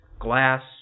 glass